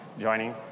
joining